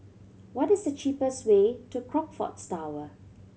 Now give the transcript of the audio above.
what is the cheapest way to Crockfords Tower